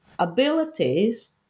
abilities